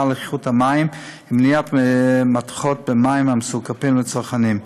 על איכות המים ומניעת מתכות במים המסופקים לצרכנים.